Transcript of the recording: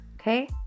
Okay